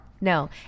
no